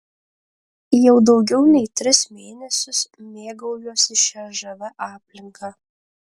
jau daugiau nei tris mėnesius mėgaujuosi šia žavia aplinka